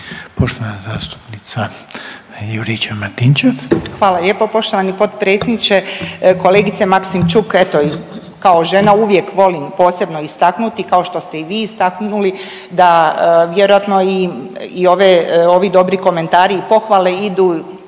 **Juričev-Martinčev, Branka (HDZ)** Hvala lijepo poštovani potpredsjedniče. Kolegice Maksimčuk, eto kao žena uvijek volim posebno istaknuti kao što ste i vi istaknuli da vjerojatno i ove, ovi dobri komentari i pohvale idu